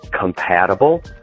compatible